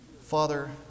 Father